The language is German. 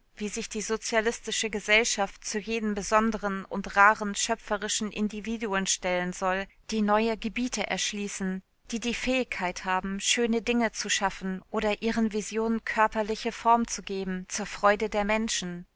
wie sich die sozialistische gesellschaft zu jenen besonderen und raren schöpferischen individuen stellen soll die neue gebiete erschließen die die fähigkeit haben schöne dinge zu schaffen oder ihren visionen körperliche form zu geben zur freude der menschen